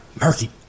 Murky